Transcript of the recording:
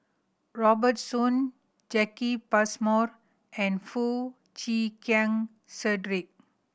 Robert Soon Jacki Passmore and Foo Chee Keng Cedric